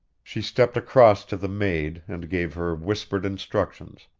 she stepped across to the maid and gave her whispered instructions,